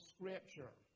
Scripture